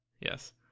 Yes